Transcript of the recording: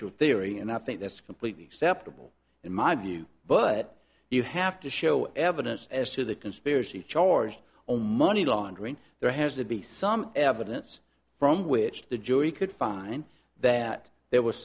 should theory and i think that's completely acceptable in my view but you have to show evidence as to the conspiracy chores on money laundering there has to be some evidence from which the jury could find that there was